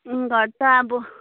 घर त अब